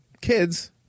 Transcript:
kids